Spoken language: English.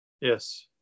Yes